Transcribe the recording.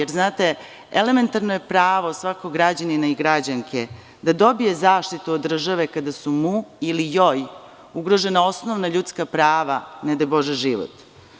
Elementarno je pravo svakog građanina i građanke da dobije zaštitu od države kada su mu ili joj ugrožena osnovna ljudska prava, ne daj Bože život.